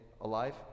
alive